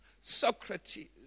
Socrates